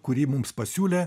kurį mums pasiūlė